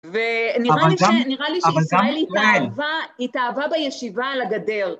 ונראה לי שישראל התאהבה בישיבה על הגדר.